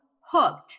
hooked